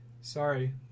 Sorry